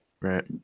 right